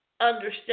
understand